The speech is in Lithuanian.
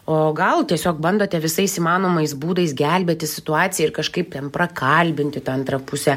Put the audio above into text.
o gal tiesiog bandote visais įmanomais būdais gelbėti situaciją ir kažkaip ten prakalbinti tą antrą pusę